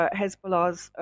Hezbollah's